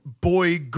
boy